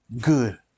good